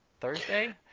thursday